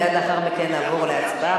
מייד לאחר מכן נעבור להצבעה.